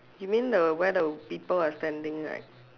you mean the where the people are standing right